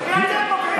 כי אתם פוגעים בנו.